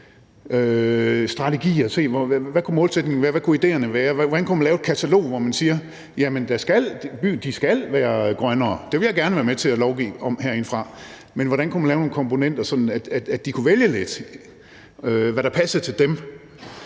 Hvad kunne målsætningen være? Hvilke idéer kunne der være? Kunne man lave et katalog over det og sige, at byerne skal være grønnere? Det vil jeg gerne være med til at lovgive om. Men hvordan kan man lave nogle komponenter, så de kunne vælge det, der passer til deres